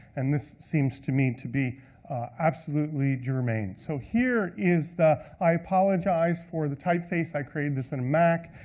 and this seems to me to be absolutely germane. so here is the, i apologize for the typeface, i created this in mac,